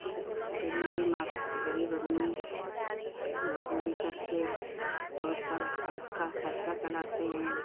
हम गए गरीबी मा गरीब में मज़दूरी करके तो सब घर का खर्चा चलाते हैं